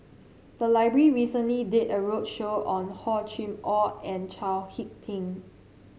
the library recently did a roadshow on Hor Chim Or and Chao HicK Tin